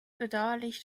bedauerlich